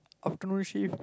afternoon shift